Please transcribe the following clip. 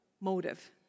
motive